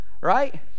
Right